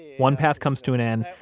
one path comes to an end,